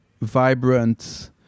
vibrant